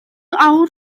awr